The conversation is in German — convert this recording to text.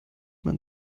man